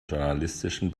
journalistischen